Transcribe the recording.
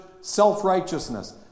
self-righteousness